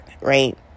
right